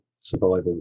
survival